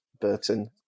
Burton